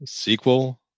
SQL